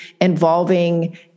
involving